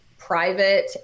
private